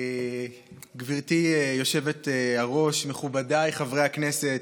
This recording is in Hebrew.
גברתי היושבת-ראש, מכובדיי חברי הכנסת,